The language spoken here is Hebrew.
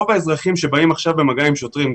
רוב האזרחים שבאים עכשיו במגע עם שוטרים,